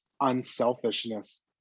unselfishness